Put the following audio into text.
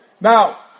now